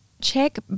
check